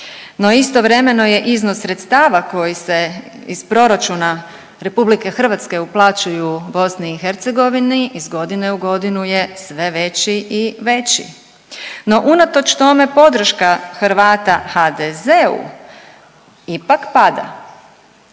istovremeno je iznos sredstava koji se iz proračuna RH uplaćuju BiH iz godine u godinu je sve veći i veći. No, unatoč tome podrška Hrvata HDZ-u ipak pada,